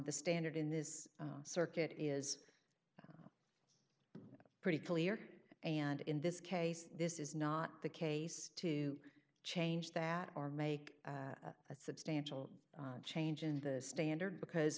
the standard in this circuit is pretty clear and in this case this is not the case to change that or make a substantial change in the standard because